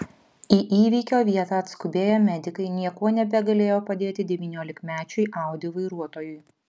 į įvykio vietą atskubėję medikai niekuo nebegalėjo padėti devyniolikmečiui audi vairuotojui